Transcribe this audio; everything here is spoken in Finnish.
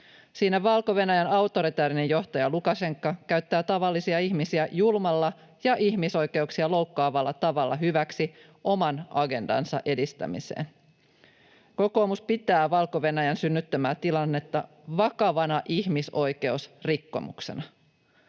Siinä Valko-Venäjän autoritäärinen johtaja Lukašenka käyttää tavallisia ihmisiä julmalla ja ihmisoikeuksia loukkaavalla tavalla hyväksi oman agendansa edistämiseen. Kokoomus pitää Valko-Venäjän synnyttämää tilannetta vakavana ihmisoikeusrikkomuksena.